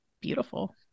beautiful